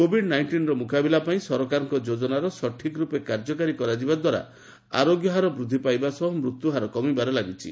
covid ନାଇଷ୍ଟିନ୍ର ମୁକାବିଲା ପାଇଁ ସରକାରଙ୍କ ଯୋଜନାର ସଠିକ୍ ରୂପେ କାର୍ଯ୍ୟକାରୀ କରାଯିବା ଦ୍ୱାରା ଆରୋଗ୍ୟ ହାର ବୃଦ୍ଧି ପାଇବା ସହ ମୃତ୍ୟୁହାର କମିବାରେ ଲାଗିଛି